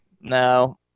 no